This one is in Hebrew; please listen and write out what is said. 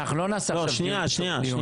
אנחנו לא נעשה עכשיו דיון בתוך דיון.